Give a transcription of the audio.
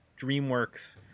DreamWorks